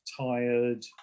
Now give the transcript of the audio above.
tired